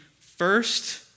first